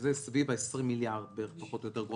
שזה סביב ה-20 מיליארד פחות או יותר,